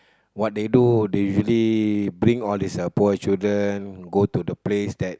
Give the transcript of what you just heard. what they do they usually bring all these uh poor children go to the place that